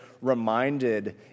reminded